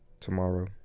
Tomorrow